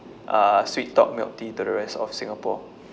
uh Sweettalk milk tea to the rest of singapore